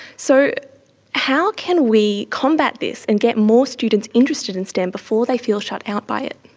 so how can we combat this and get more students interested in stem before they feel shut out by it.